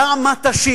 דע מה תשיב.